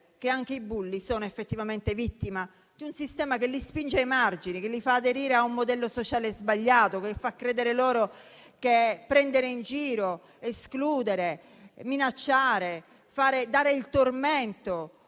che anche i bulli sono effettivamente vittime di un sistema che li spinge ai margini, che li fa aderire a un modello sociale sbagliato, che fa credere loro che prendere in giro, escludere, minacciare, dare il tormento,